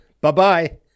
Bye-bye